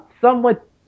somewhat